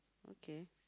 okay